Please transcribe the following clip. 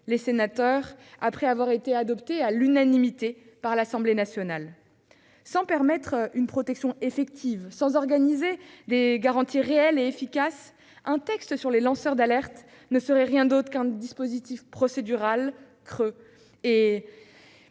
devant vous après avoir été adoptés à l'unanimité par l'Assemblée nationale. Sans permettre une protection effective, sans organiser des garanties réelles et efficaces, un texte sur les lanceurs d'alerte ne serait rien d'autre qu'un dispositif procédural creux